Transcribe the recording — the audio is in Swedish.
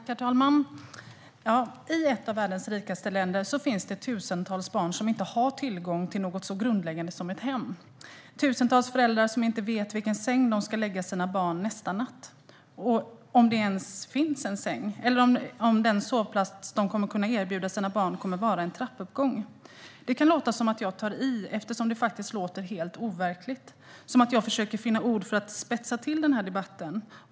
Herr talman! I ett av världens rikaste länder finns tusentals barn som inte har tillgång till något så grundläggande som ett hem. Tusentals föräldrar vet inte vilken säng de ska lägga sitt barn i nästa natt, om det ens finns en säng eller om den sovplats de kommer att kunna erbjuda sina barn kommer att vara en trappuppgång. Det kan låta som att jag tar i, eftersom det faktiskt låter helt overkligt, och som att jag försöker finna ord för att spetsa till den här debatten.